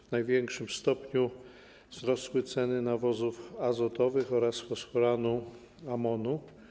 W największym stopniu wzrosły ceny nawozów azotowych oraz fosforanu amonu.